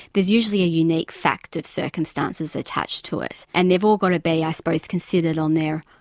there's usually a unique fact of circumstances attached to it, and they've all got to be, i suppose, considered on their,